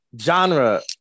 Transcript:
Genre